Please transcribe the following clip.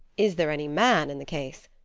is there any man in the case?